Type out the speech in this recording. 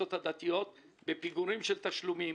המועצות הדתיות שהיו בפיגורים של תשלומים,